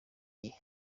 gihe